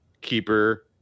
Keeper